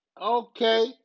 okay